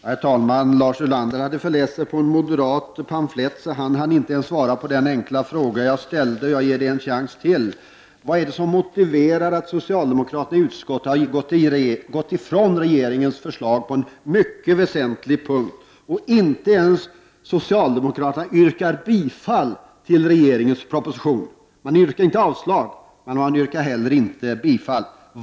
Herr talman! Lars Ulander hade förläst sig på en moderat pamflett, så han hann inte ens svara på den enkla fråga jag ställde, och jag ger honom en chans till: Vad är det som motiverar att socialdemokraterna i utskottet har gått ifrån regeringens förslag på en mycket väsentlig punkt? Inte ens socialdemokraterna yrkar bifall till regeringens proposition. Man yrkar inte avslag, men inte heller bifall.